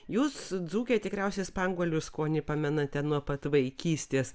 jūs dzūkai tikriausiai spanguolių skonį pamenate nuo pat vaikystės